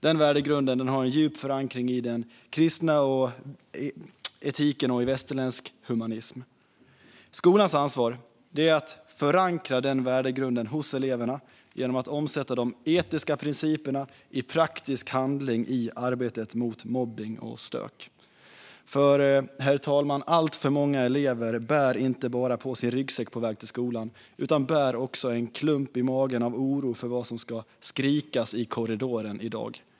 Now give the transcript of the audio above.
Den värdegrunden har en djup förankring i den kristna etiken och i västerländsk humanism. Skolans ansvar är att förankra den värdegrunden hos eleverna genom att omsätta de etiska principerna i praktisk handling i arbetet mot mobbning och stök. Herr talman! Alltför många elever bär inte bara på sin ryggsäck på väg till skolan. De bär också på en klump i magen av oro för vad som ska skrikas i korridoren i dag.